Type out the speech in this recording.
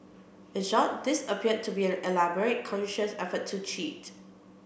in short this appeared to be an elaborate conscious effort to cheat